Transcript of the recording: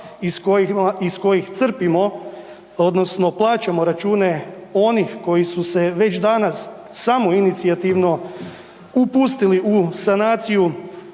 iz kojih crpimo odnosno plaćamo račune onih koji su se već danas samoinicijativno upustili u sanaciju